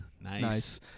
Nice